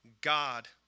God